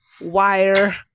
wire